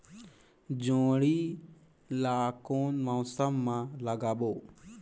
जोणी ला कोन मौसम मा लगाबो?